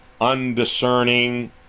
undiscerning